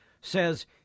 says